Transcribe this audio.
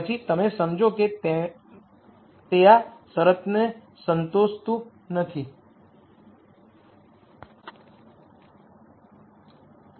તેથી તમે કહો છો કે ઉદ્દેશ ફંકશન પરિપ્રેક્ષ્યની દ્રષ્ટિએ મારે થોડોક ગુમાવવો પડશે અને પછી જુઓ કે હું શરતને પૂર્ણ કરી શકું છું કે નહીં